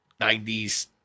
90s